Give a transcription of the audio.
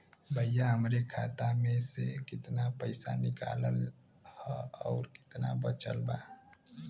भईया हमरे खाता मे से कितना पइसा निकालल ह अउर कितना बचल बा?